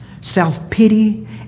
self-pity